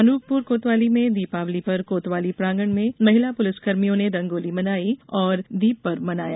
अनूपपुर कोतवाली में दीपावली पर कोतवाली प्रांगड में महिला पुलिसकर्मियों ने रंगोली बनाई और दीप पर्व मनाया